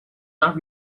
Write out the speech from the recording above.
not